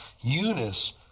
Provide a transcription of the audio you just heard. Eunice